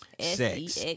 sex